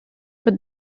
but